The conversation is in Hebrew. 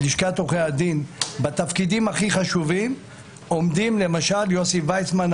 בלשכת עורכי הדין עומדים בתפקידים הכי חשובים אנשים כמו יוסי ויצמן,